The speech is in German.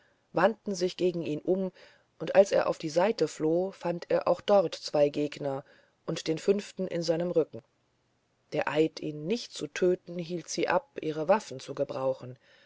wandten sich gegen ihn um und als er auf die seite floh fand er auch dort zwei gegner und den fünften in seinem rücken der eid ihn nicht zu töten hielt sie ab ihre waffen zu gebrauchen